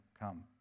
come